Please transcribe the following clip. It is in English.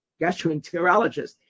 gastroenterologist